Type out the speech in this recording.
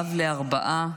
אב לארבעה,